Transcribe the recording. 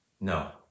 No